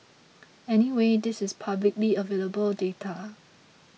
anyway this is publicly available data